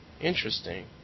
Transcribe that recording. Interesting